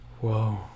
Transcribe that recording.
whoa